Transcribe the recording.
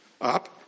up